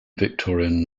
victorian